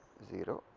zero,